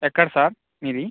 ఎక్కడ సార్ మీది